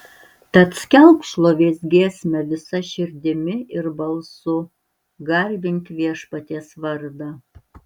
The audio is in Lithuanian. tad skelbk šlovės giesmę visa širdimi ir balsu garbink viešpaties vardą